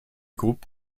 groupes